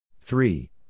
Three